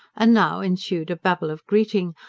and now ensued a babel of greeting,